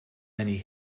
many